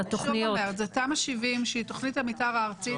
זה תמ"א 70, שהיא תכנית המתאר הארצית.